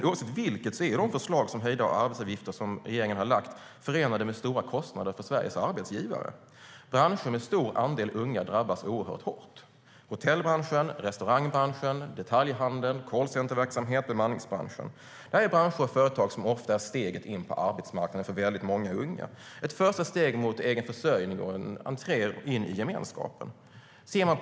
Oavsett vilket är de förslag om höjda arbetsgivaravgifter regeringen har lagt fram förenade med stora kostnader för Sveriges arbetsgivare. Branscher med en stor andel unga drabbas oerhört hårt. Det gäller hotellbranschen, restaurangbranschen, detaljhandeln, callcenterverksamhet och bemanningsbranschen. Det är branscher och företag som ofta är steget in på arbetsmarknaden för väldigt många unga - ett första steg mot egen försörjning och en entré till gemenskapen.